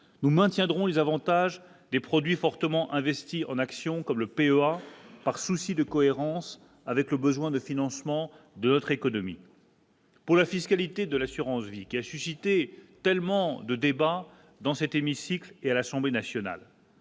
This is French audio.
nous maintiendrons les avantages des produits fortement investis en actions, comme le PEA, par souci de cohérence avec le besoin de financement de l'autre, économie. Pour la fiscalité de l'assurance-vie qui a suscité tellement de débat dans cet hémicycle et à l'Assemblée nationale.